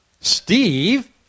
Steve